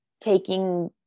taking